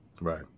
Right